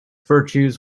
virtues